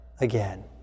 again